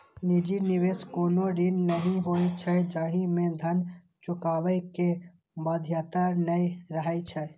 निजी निवेश कोनो ऋण नहि होइ छै, जाहि मे धन चुकाबै के बाध्यता नै रहै छै